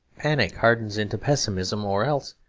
panic hardens into pessimism or else,